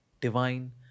divine